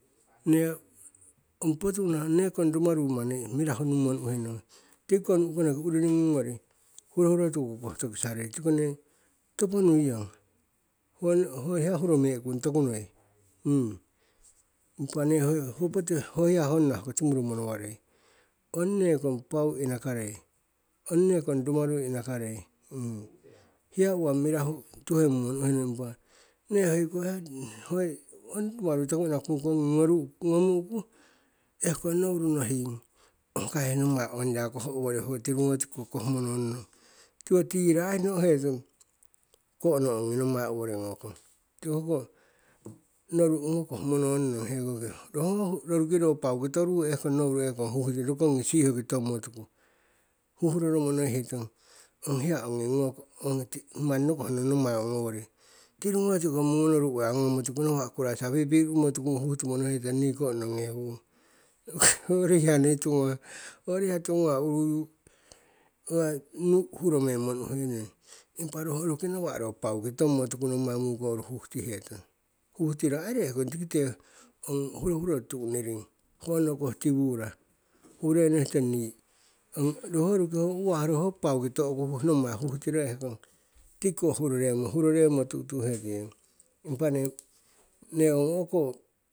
nee ong potuwana neekong rumaru manni mirahu nummo nu'henuiyong, tikiko nu'konoki urini ngungori, hurohurotu ko urukoh tokisarei tiko nee topo nuiyong, ho hiya hurome'kung tokunoi. Impa nee ho poti ho hiya honna hoko timuru monowarei, ong neekong pau inakarei, ong neekong rumaru inakarei. Hiya uwa mirahu tuhemummo nu'henuiyong impa, nee hoiko hiya hoi ong rumaru toku inakung kongi ngoru' ngomu'ku ehkong nouru nohing, ongkai nommai ongya koh owori, ho tirungo tikokoh monong nong, tiwo tiihro aii no'hetong ko'no ongi nommai owori ngokong, tiko hoko noru ongokoh mononnong hekoki. Roho roruki roki ro pauki toruyu ehkong nouru ehkong huhtitong, rokongi sihoki tommo tuku, huhroromo nohitong ong hiya ongi ngoku, manni nokoh nong nommai ong owori. Tirungo tiko mungonoru uwaya ngomotuku, nawa' kuraisa pipiru'mo tuku huhtimo nohihetong nii ko'nonghe huung. hoyori hiya noi tiwonga hoyori hiya tiwo ngawah uruyu nu' huromengmo nu'henuiong. Impa ro oruki nawa' ro pauki tommo tuku nommai mukouru huhtihetong. Huhtiro ai ehkong tikite ong hurohuro tu'niring honno koh tiwura. Huhroro nohihetong nii ong roho oruki ho u'wah roho pauki to'ku nommai huhtiro ehkong tikiko huroremmo huroremmo tu'tu'hetuiyong. Impa nee, nee ong o'ko.